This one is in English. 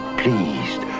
pleased